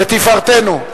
לתפארתנו.